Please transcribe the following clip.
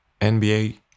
NBA